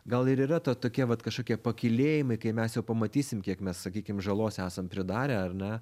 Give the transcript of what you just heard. gal ir yra ta tokie vat kažkokie pakylėjimai kai mes jau pamatysim kiek mes sakykim žalos esam pridarę ar ne